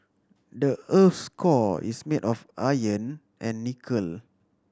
the earth's core is made of iron and nickel